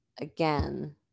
again